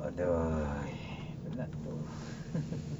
adoi penat betul